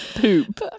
poop